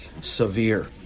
severe